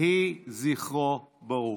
יהי זכרו ברוך.